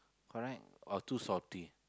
correct or too salty